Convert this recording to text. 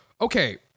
okay